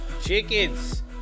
chickens